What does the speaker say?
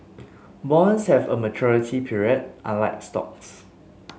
bonds have a maturity period unlike stocks